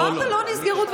אמרת שלא נסגרו.